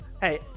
hey